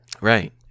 Right